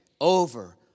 over